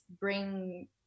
bring